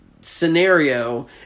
scenario